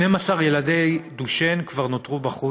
12 ילדי דושן כבר נותרו בחוץ,